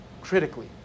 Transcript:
critically